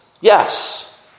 yes